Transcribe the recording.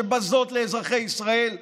שבזות לאזרחי ישראל,